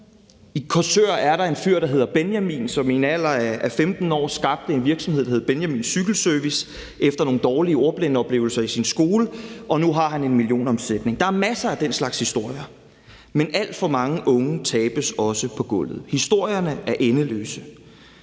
I Korsør er der en fyr, der hedder Benjamin, som i en alder af 15 år skabte en virksomhed, der hedder Benjamins cykelservice efter nogle dårlige ordblindeoplevelser i sin skole, og nu har han en millionomsætning. Der er masser af den slags historier. Men alt for mange unge tabes også på gulvet. Historierne er endeløse.